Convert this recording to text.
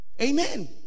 amen